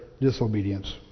disobedience